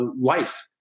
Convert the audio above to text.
life